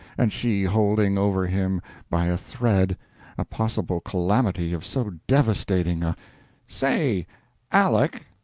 and she holding over him by a thread a possible calamity of so devastating a say aleck?